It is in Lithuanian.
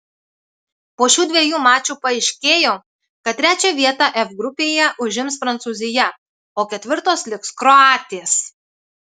po šių dviejų mačų paaiškėjo kad trečią vietą f grupėje užims prancūzija o ketvirtos liks kroatės